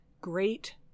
great